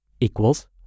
equals